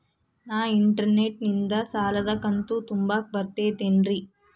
ನಾ ಇಂಟರ್ನೆಟ್ ನಿಂದ ಸಾಲದ ಕಂತು ತುಂಬಾಕ್ ಬರತೈತೇನ್ರೇ?